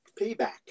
Payback